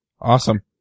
awesome